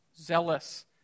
zealous